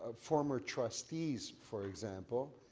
ah former trustees, for example,